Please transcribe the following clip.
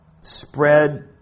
spread